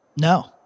No